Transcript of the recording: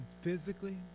physically